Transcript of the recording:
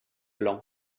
l’an